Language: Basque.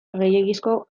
gehiegizko